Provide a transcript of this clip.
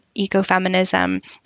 ecofeminism